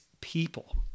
people